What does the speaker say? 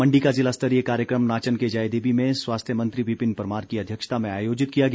मण्डी का ज़िलास्तरीय कार्यक्रम नाचन के जैदेवी में स्वास्थ्य मंत्री विपिन परमार की अध्यक्षता में आयोजित किया गया